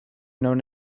known